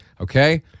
okay